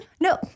No